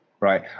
right